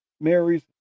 Mary's